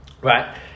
right